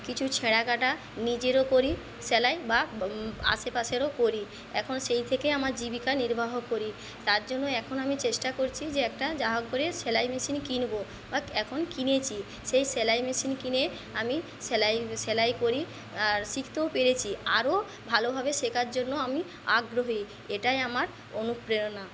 কিছু ছেঁড়াকাটা নিজেরও করি সেলাই বা আশেপাশেরও করি এখন সেই থেকেই আমার জীবিকা নির্বাহ করি তার জন্য এখন আমি চেষ্টা করছি যে একটা যা হোক করে সেলাই মেশিন কিনবো বা এখন কিনেছি সেই সেলাই মেশিন কিনে আমি সেলাই সেলাই করি আর শিখতেও পেরেছি আরো ভালোভাবে শেখার জন্য আমি আগ্রহী এটাই আমার অনুপ্রেরণা